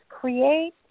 create